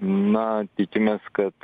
na tikimės kad